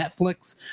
Netflix